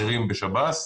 בכירים בשב"ס.